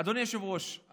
אדוני היושב-ראש,